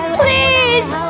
please